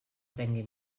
prengui